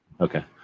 okay